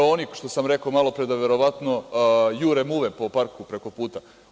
Oni što sam rekao malopre da verovatno jure muve po parku preko puta.